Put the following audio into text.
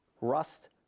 rust